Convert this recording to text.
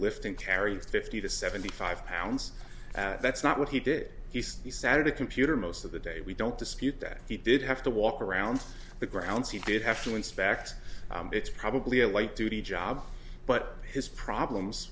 lift and carry fifty to seventy five pounds that's not what he did he says he sat at a computer most of the day we don't dispute that he did have to walk around the grounds he did have to inspect it's probably a light duty job but his problems